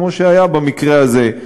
כמו שהיה במקרה הזה.